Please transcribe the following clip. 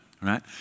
right